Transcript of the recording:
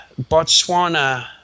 Botswana